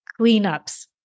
cleanups